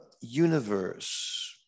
universe